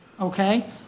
Okay